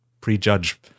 prejudge